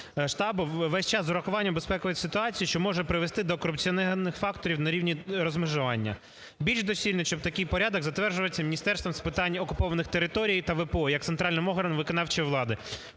штабу весь час з урахуванням безпекової ситуації, що може привести до корупціогенних факторів на рівні розмежування. Більш доцільніше такий порядок затверджується Міністерством з питань окупованих територій та ВПО, як центральний орган виконавчої влади.